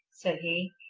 said he.